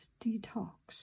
detox